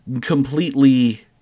completely